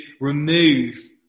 remove